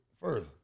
first